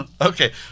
Okay